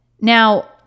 Now